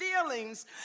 feelings